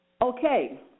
Okay